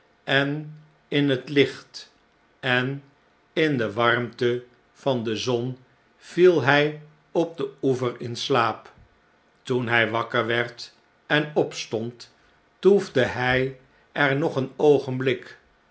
en in het licht en in de warmte van de zon viel hij op den oever in slaap toen hjj wakker werd en opstond toefde hg er nog een oogenblik